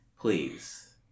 Please